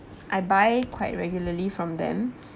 I buy quite regularly from them